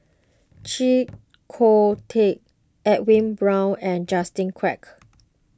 Chee Kong Tet Edwin Brown and Justin Quek